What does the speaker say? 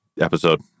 Episode